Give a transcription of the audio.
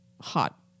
hot